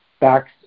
backs